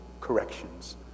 corrections